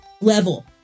level